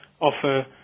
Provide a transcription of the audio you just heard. offer